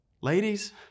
Ladies